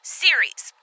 series